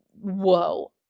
whoa